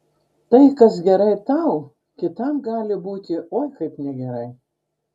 tai kas gerai tau kitam gali būti oi kaip negerai